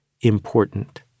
important